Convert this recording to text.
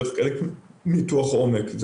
זה חלק מניתוח עומק.